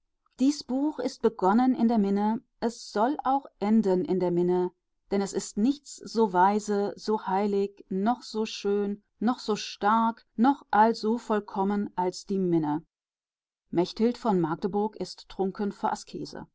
dies buch ist begonnen in der minne es soll auch enden in der minne denn es ist nichts so weise so heilig noch so schön noch so stark noch also vollkommen als die minne mechthild von magdeburg ist